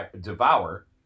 devour